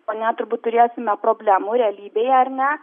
ponia turbūt turėsime problemų realybėje ar ne